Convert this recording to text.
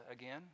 again